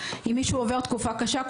אם מישהו עובר תקופה קשה,